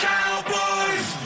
Cowboys